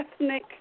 ethnic